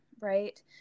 right